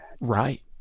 Right